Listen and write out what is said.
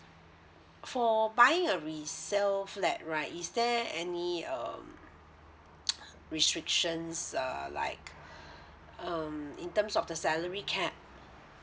for buying a resale flat right is there any um restrictions uh like um in terms of the salary cap